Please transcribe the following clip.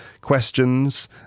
questions